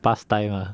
pass time ah